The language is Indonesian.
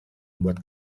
membuat